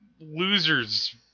losers